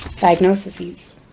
diagnoses